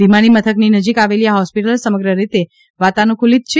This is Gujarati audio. વિમાની મથકની નજીક આવેલી આ હોસ્પિટલ સમગ્ર રીતે વાતાનુકુલિત છે